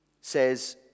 says